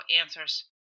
answers